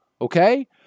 okay